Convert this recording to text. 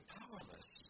powerless